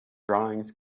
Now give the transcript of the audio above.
drawings